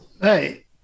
Hey